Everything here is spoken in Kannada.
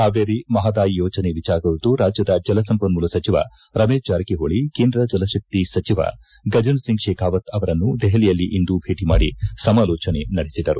ಕಾವೇರಿ ಮಹಾದಾಯಿ ಯೋಜನೆ ಎಚಾರ ಕುರಿತು ರಾಜ್ಯದ ಜಲಸಂಪನ್ನೂಲ ಸಚಿವ ರಮೇಶ್ ಜಾರಕಿಹೋಳಿ ಕೇಂದ್ರ ಜಲಶಕ್ತಿ ಸಚಿವ ಗಜೇಂದ್ರ ಸಿಂಗ್ ಶೇಖಾವತ್ ಅವರನ್ನು ದೆಪಲಿಯಲ್ಲಿಂದು ಭೇಟಿ ಮಾಡಿ ಸಮಾಲೋಜನೆ ನಡೆಸಿದರು